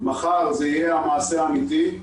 מחר זה יהיה המעשה האמיתי.